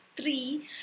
three